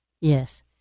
Yes